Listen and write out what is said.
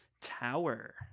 Tower